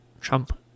Trump